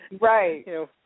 Right